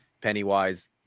Pennywise